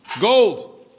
gold